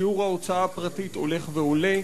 שיעור ההוצאה הפרטית הולך ועולה,